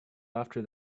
after